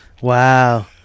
Wow